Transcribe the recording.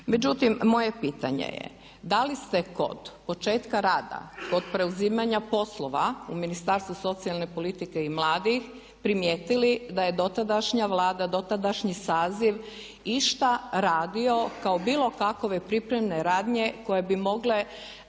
Međutim, moje pitanje je da li ste kod početka rada, kod preuzimanja poslova u Ministarstvu socijalne politike i mladih primijetili da je dotadašnja Vlada, dotadašnji saziv išta radio kao bilo kakve pripremne radnje koje bi mogle